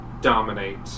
dominate